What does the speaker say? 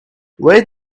where